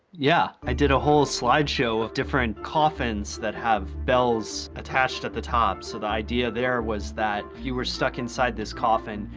yeah, i did a whole slideshow of different coffins that have bells attached at the top. so the idea there was that if you were stuck inside this coffin,